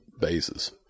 bases